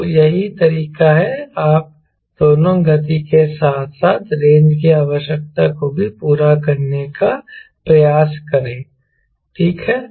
तो यही तरीका है कि आप दोनों गति के साथ साथ रेंज की आवश्यकता को भी पूरा करने का प्रयास करें ठीक है